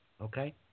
okay